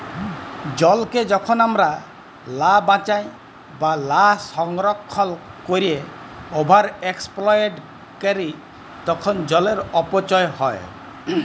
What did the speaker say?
জলকে যখল আমরা লা বাঁচায় বা লা সংরক্ষল ক্যইরে ওভার এক্সপ্লইট ক্যরি তখল জলের অপচয় হ্যয়